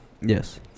Yes